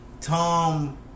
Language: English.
Tom